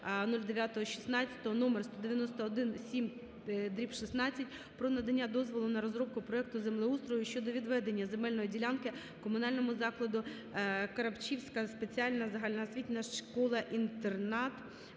№191-7/16 "Про надання дозволу на розробку проекту землеустрою щодо відведення земельної ділянки комунальному закладу "Карапчівська спеціальна загальноосвітня школа-інтернат"